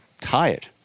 tired